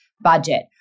budget